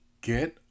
get